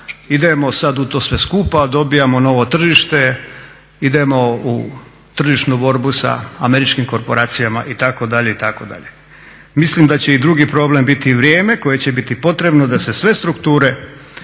idemo sad u to sve skupa, dobivamo novo tržište, idemo u tržišnu borbu sa američkim korporacijama itd., itd. Mislim da će i drugi problem biti vrijeme koje će biti potrebno da se sve strukture